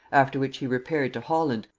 after which he repaired to holland,